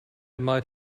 might